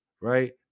right